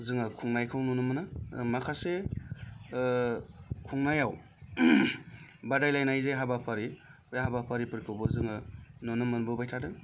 जोङो खुंनायखौ नुनो मोनो माखासे खुंनायाव बादायलायनाय जे हाबाफारि बे हाबाफारिफोरखौबो जोङो नुनो मोनबोबाय थादों